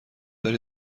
داری